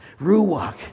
Ruwak